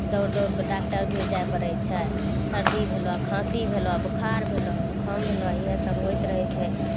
दौड़ दौड़ कऽ डाक्टर भिर जाए पड़ै छै सर्दी भेलो खासी भेलो बोखार भेलो जुकाम भेलो इहे सब होइत रहै छै